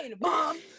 mom